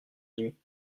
nuit